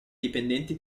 dipendenti